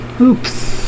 Oops